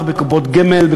בקופות גמל,